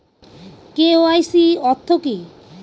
KYC অর্থ কি?